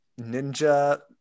Ninja